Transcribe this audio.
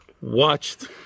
watched